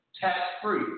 tax-free